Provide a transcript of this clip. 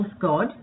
God